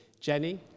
Jenny